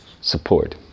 support